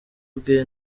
bwe